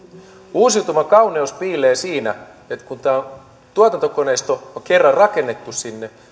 uusiutuvan kauneus piilee siinä että kun tämä tuotantokoneisto on kerran sinne rakennettu